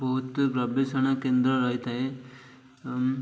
ବହୁତ ଗବେଷଣା କେନ୍ଦ୍ର ରହିଥାଏ